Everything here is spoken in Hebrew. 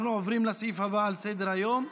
אנחנו עוברים לסעיף הבא על סדר-היום,